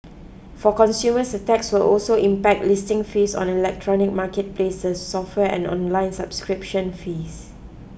for consumers the tax will also impact listing fees on electronic marketplaces software and online subscription fees